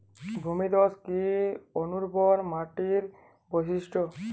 ভূমিধস কি অনুর্বর মাটির বৈশিষ্ট্য?